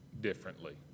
differently